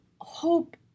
hope